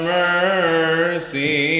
mercy